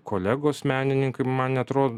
kolegos menininkai man neatrodo